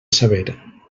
saber